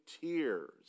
tears